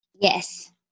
Yes